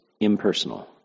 impersonal